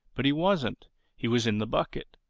but he wasn't he was in the bucket.